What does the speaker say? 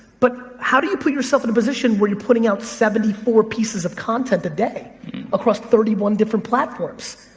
but how do you put yourself in a position where you're putting out seventy four pieces of content a day across thirty one different platforms?